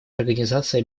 организации